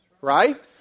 Right